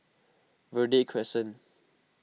Verde Crescent